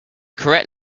correct